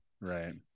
right